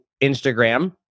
Instagram